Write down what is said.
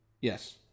yes